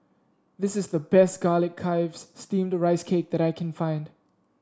this is the best Garlic Chives Steamed Rice Cake that I can find